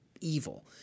evil